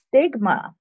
stigma